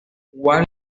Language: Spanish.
waldo